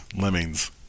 Lemmings